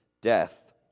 death